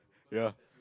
ya